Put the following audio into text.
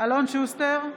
אלון שוסטר,